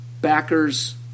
backers